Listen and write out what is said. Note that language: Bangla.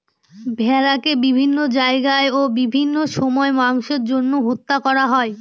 ভেড়াকে বিভিন্ন জায়গায় ও বিভিন্ন সময় মাংসের জন্য হত্যা করা হয়